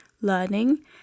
learning